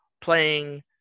playing